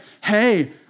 hey